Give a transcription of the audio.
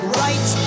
right